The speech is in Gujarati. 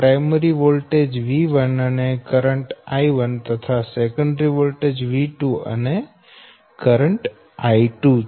પ્રાયમરી વોલ્ટેજ V1 અને કરંટ I1 તથા સેકન્ડરી વોલ્ટેજ V2 અને કરંટ I2 છે